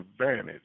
advantage